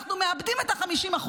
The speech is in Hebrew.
אנחנו מאבדים את ה-50%,